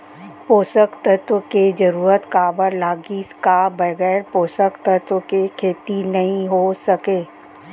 पोसक तत्व के जरूरत काबर लगिस, का बगैर पोसक तत्व के खेती नही हो सके?